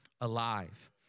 alive